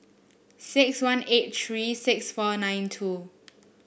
six one eight three six four nine two